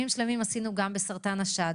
אגב ימים שלמים של דיונים עשינו גם על סרטן השד,